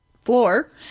floor